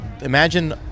Imagine